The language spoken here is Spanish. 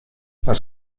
las